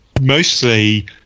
mostly